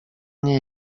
nie